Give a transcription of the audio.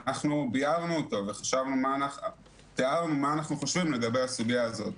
אנחנו ביארנו אותו ותיארנו מה אנחנו חושבים לגבי הסוגיה הזאת,